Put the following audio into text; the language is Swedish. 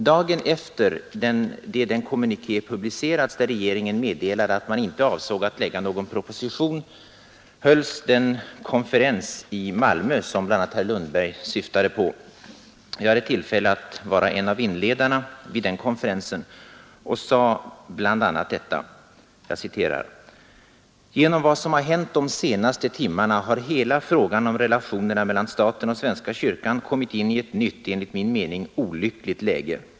Dagen efter det att den kommuniké publicerades där regeringen meddelade att man inte avsåg att lägga någon proposition hölls den konferens i Malmö som bl.a. herr Lundberg syftade på. Jag var en av inledarna vid den konferensen och sade bl.a.: ”Genom vad som har hänt de senaste timmarna har hela frågan om relationerna mellan staten och Svenska Kyrkan kommit in i ett nytt, enligt min mening, olyckligt läge.